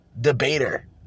debater